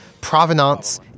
provenance